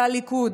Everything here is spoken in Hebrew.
זה הליכוד,